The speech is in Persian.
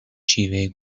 شیوه